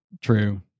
true